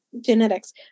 Genetics